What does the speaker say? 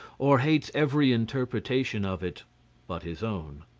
or hates every interpretation of it but his own.